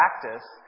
practice